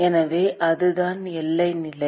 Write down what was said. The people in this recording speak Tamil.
எனவே அதுதான் எல்லை நிலை